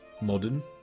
modern